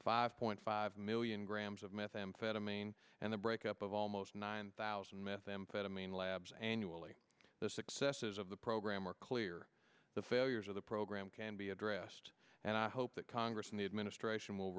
five point five million grams of methamphetamine and the break up of almost nine thousand methamphetamine labs annually the successes of the program were clear the failures of the program can be addressed and i hope that congress and the administration will